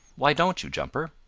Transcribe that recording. why don't you, jumper?